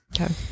Okay